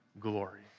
glory